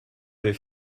avait